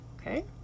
okay